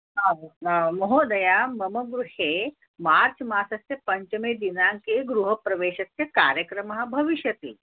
हा महोदया मम गृहे मार्च् मासस्य पञ्चमे दिनाङ्के गृहप्रवेशस्य कार्यक्रमः भविष्यति